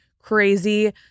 crazy